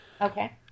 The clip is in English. Okay